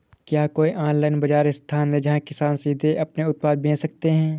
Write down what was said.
क्या कोई ऑनलाइन बाज़ार स्थान है जहाँ किसान सीधे अपने उत्पाद बेच सकते हैं?